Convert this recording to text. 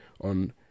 on